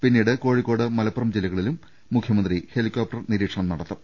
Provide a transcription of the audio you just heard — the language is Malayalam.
പിന്നീട് കോഴിക്കോട് മലപ്പുറം ജില്ല കളിലും മുഖ്യമന്ത്രി ഹെലികോപ്റ്റർ നിരീക്ഷണം നടത്തും